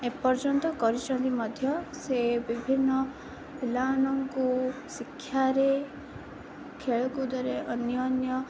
ଏପର୍ଯ୍ୟନ୍ତ କରିଛନ୍ତି ମଧ୍ୟ ସେ ବିଭିନ୍ନ ପିଲାମାନଙ୍କୁ ଶିକ୍ଷାରେ ଖେଳକୁୁଦରେ ଅନ୍ୟ ଅନ୍ୟ